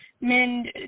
men